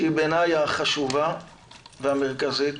שהיא בעיניי החשובה והמרכזית